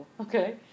Okay